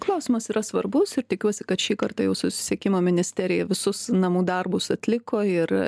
klausimas yra svarbus ir tikiuosi kad šį kartą jau susisiekimo ministerija visus namų darbus atliko ir